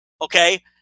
Okay